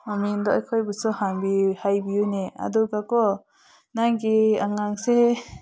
ꯃꯃꯤꯡꯗꯨ ꯑꯈꯣꯏꯕꯨꯁꯨ ꯍꯥꯏꯕꯤꯌꯨꯅꯦ ꯑꯗꯨꯒꯀꯣ ꯅꯪꯒꯤ ꯑꯉꯥꯡꯁꯦ